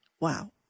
Wow